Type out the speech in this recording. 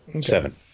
Seven